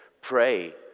pray